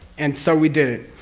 and so we did it.